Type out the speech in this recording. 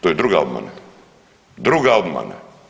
To je druga obmana, druga obmana.